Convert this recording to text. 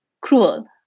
cruel